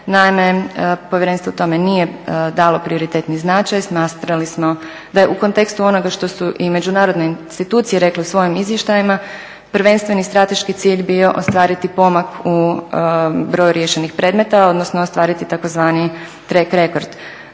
Naime, povjerenstvo o tome nije dalo prioritetni značaj, smatrali smo da je u kontekstu onoga što su i međunarodne institucije rekle u svojim izvještajima prvenstveni strateški cilj bio ostvariti pomak u broju riješenih predmeta, odnosno ostvariti tzv. track record.